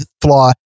flaw